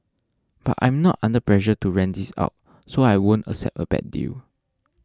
but I'm not under pressure to rent this out so I won't accept a bad deal